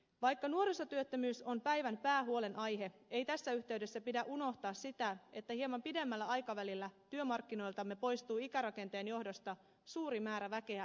vaikka nuorisotyöttömyys on päivän päähuolenaihe ei tässä yhteydessä pidä unohtaa sitä että hieman pidemmällä aikavälillä työmarkkinoiltamme poistuu ikärakenteen johdosta suuri määrä väkeä eläkkeelle